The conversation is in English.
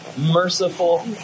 merciful